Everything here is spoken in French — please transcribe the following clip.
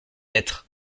lettre